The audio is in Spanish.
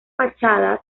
fachada